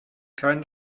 keinen